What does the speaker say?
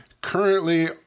currently